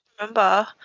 remember